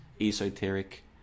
esoteric